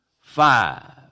five